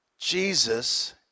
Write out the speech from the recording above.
Jesus